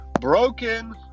broken